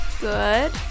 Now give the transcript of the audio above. Good